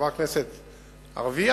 כחברת כנסת ערבייה,